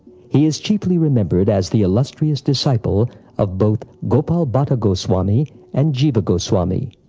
he is chiefly remembered as the illustrious disciple of both gopal bhatta goswami and jiva goswami,